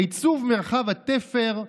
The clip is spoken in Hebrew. עיצוב מרחב התפר",